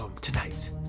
tonight